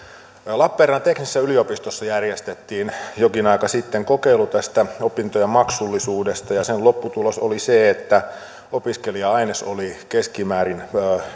lappeenrannan teknillisessä yliopistossa järjestettiin jokin aika sitten kokeilu tästä opintojen maksullisuudesta ja sen lopputulos oli se että opiskelija aines oli keskimäärin